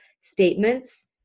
statements